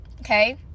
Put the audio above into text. okay